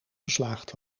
geslaagd